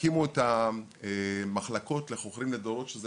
הקימו את המחלקות לחוכרים לדורות שזה